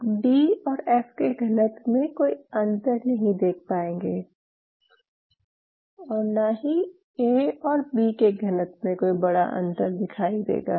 आप डी और ऍफ़ के घनत्व में कोई अंतर नहीं देख पाएंगे और न ही ए और बी के घनत्व में कोई बड़ा अंतर दिखाई देगा